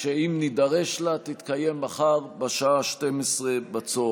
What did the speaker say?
שאם נידרש לה היא תתקיים בשעה 12:00.